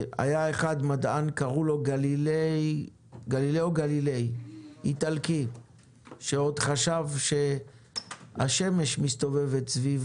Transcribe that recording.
היה מדען איטלקי אחד שקראו לו גלילאו גליליי שחשב שהשמש מסתובבת סביב